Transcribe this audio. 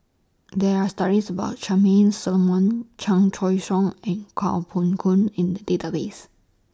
There Are stories about Charmaine Solomon Chan Choy Siong and Kuo Pao Kun in The Database